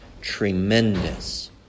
tremendous